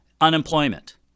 unemployment